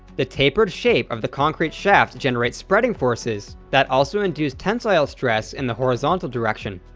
the tapered shape of the concrete shaft generates spreading forces that also induce tensile stress in the horizontal direction.